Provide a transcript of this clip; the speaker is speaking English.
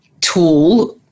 tool